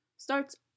Starts